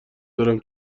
دارم